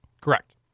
Correct